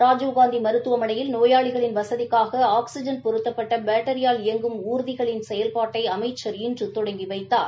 ராஜீவ்காந்தி மருத்துவமனையில் நோயாளிகளின் வசதிக்காக ஆக்ஸிஜன் பொருத்தப்பட்ட பேட்டரியால் இயங்கும் ஊர்திகளின் செயல்பாட்டை அமைச்சர் இன்று தொடங்கி வைத்தார்